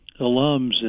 alums